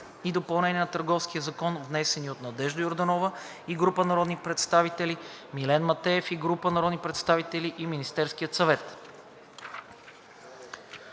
и допълнение на Търговския закон, внесени от Надежда Йорданова и група народни представители, Милен Матеев и група народни представители и Министерския съвет.